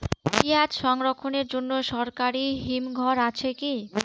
পিয়াজ সংরক্ষণের জন্য সরকারি হিমঘর আছে কি?